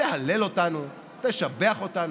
תהלל אותנו, תשבח אותנו,